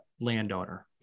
landowner